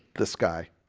this guy